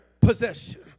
possession